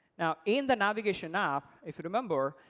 now, in the navigation app, if you remember,